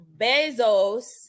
bezos